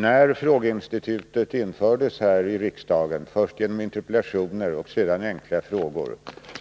När frågeinstitutet infördes här i riksdagen, först genom interpellationer och sedan enkla frågor,